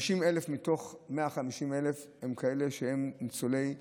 50,000 מתוך 150,000 הם כאלה שהם ניצולי מחנות,